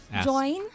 join